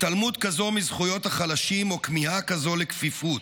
התעלמות כזו מזכויות החלשים או כניעה כזו לכפיפות.